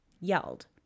yelled